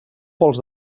pols